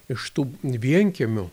iš tų vienkiemių